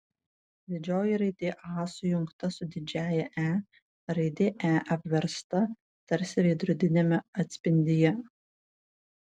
didžioji raidė a sujungta su didžiąja e raidė e apversta tarsi veidrodiniame atspindyje